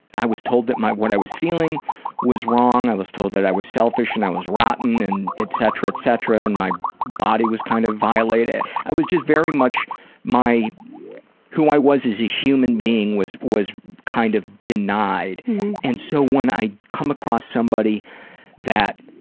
i was told that what i was feeling was wrong, i was told that i was selfish and i was rotten, and etc, etc. and my body was kind of violated. i was just very much my who i was as a human being was was kind of denied and so when i come across somebody that